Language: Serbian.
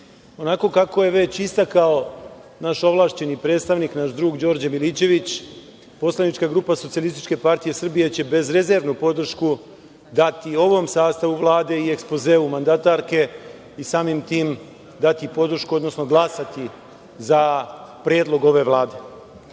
onako kako je već istakao naš ovlašćeni predstavnik, naš drug Đorđe Milićević, poslanička grupa SPS će bezrezervnu podršku dati ovom sastavu Vlade i ekspozeu mandatarke i samim tim dati podršku, odnosno glasati za predlog ove Vlade. Ono